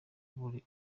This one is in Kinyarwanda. buri